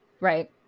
Right